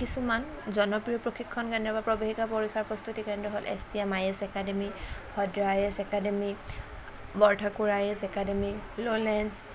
কিছুমান জনপ্ৰিয় প্ৰশিক্ষণ কেন্দ্ৰ বা প্ৰৱেশিকা পৰীক্ষাৰ প্ৰস্তুতি কেন্দ্ৰ হ'ল S P M I A S academy Bhadra I A S academy Borthakur A S academy ললেনচ